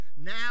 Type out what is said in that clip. Now